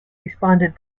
responded